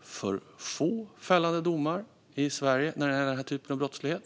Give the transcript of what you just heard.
för få fällande domar i Sverige när det gäller den här typen av brottslighet.